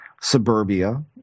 suburbia